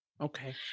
Okay